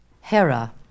Hera